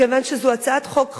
מכיוון שזאת הצעת חוק חשובה,